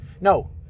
No